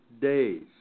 days